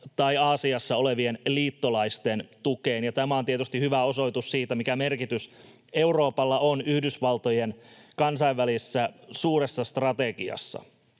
tai Aasiassa olevien liittolaisten tukeen. Tämä on tietysti hyvä osoitus siitä, mikä merkitys Euroopalla on Yhdysvaltojen kansainvälisessä suuressa strategiassa,